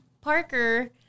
Parker